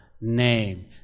name